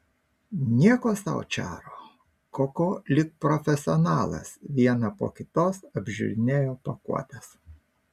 nieko sau čaro koko lyg profesionalas vieną po kitos apžiūrinėjo pakuotes